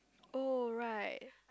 oh right